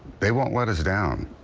they won't let us down.